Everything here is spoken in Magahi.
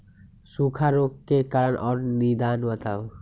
सूखा रोग के कारण और निदान बताऊ?